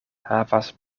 havas